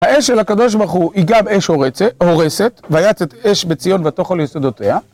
האש של הקדוש ברוך הוא, היא גם אש הורסת ויצת אש בציון ותאכל יסודתיה